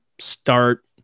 start